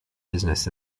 business